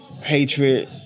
hatred